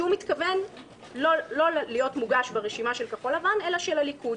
שהוא מתכוון לא להיות מוגש ברשימה של כחול לבן אלא של הליכוד.